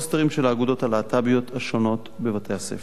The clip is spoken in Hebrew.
של האגודות הלהט"ביות השונות בבתי-הספר,